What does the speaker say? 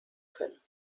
können